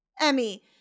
Emmy